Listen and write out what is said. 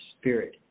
Spirit